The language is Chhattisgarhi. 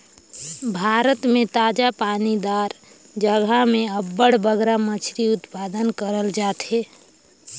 भारत में ताजा पानी दार जगहा में अब्बड़ बगरा मछरी उत्पादन करल जाथे